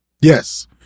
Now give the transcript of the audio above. Yes